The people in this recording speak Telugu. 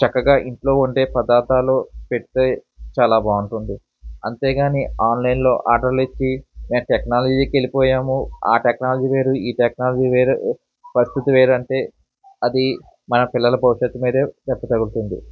చక్కగా ఇంట్లో వండే పదార్థాలు పెడితే చాలా బాగుంటుంది అంతేగానీ ఆన్లైన్లో ఆర్డర్లు ఇచ్చి దాని టెక్నాలజీకి వెళ్ళిపోయాము ఆ టెక్నాలజీ వేరు ఈ టెక్నాలజీ వేరు పరిస్థితి వేరు అంటే అదీ మన పిల్లల భవిష్యత్తు మీదే ఫస్ట్ తగులుతుంది